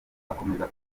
akomeza